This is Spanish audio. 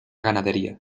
ganadería